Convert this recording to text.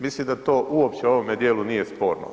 Mislim da to uopće u ovome dijelu nije sporno.